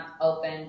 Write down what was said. open